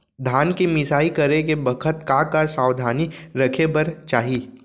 धान के मिसाई करे के बखत का का सावधानी रखें बर चाही?